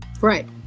right